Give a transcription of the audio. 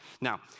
Now